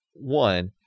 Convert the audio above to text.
one